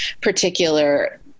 particular